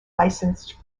licensed